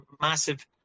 massive